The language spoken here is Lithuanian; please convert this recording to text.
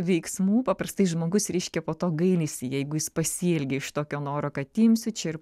veiksmų paprastai žmogus reiškia po to gailisi jeigu jis pasielgė iš tokio noro kad imsiu čia ir